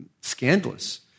scandalous